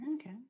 Okay